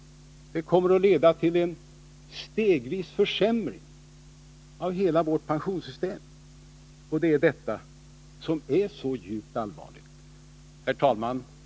Det kommer stegvis att leda till en försämring av hela vårt pensionssystem, och det är detta som är så djupt allvarligt. Herr talman!